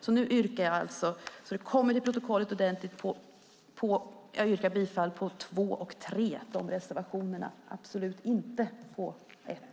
För att det ska komma i protokollet ordentligt yrkar jag nu bifall till reservation 2 och 3 och absolut inte till reservation 1.